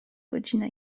godzina